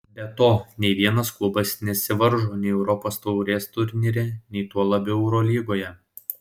be to nei vienas klubas nesivaržo nei europos taurės turnyre nei tuo labiau eurolygoje